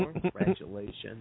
congratulations